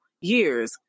years